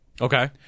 Okay